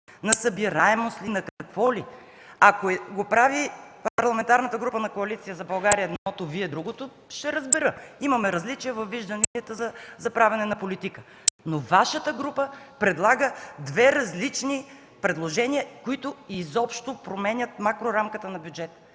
на събираемост ли, на какво ли? Ако Парламентарната група на Коалиция за България прави едното, Вие – другото, ще разбера – имаме различия във вижданията за правене на политика. Но Вашата група предлага две различни предложения, които изобщо променят макрорамката на бюджета!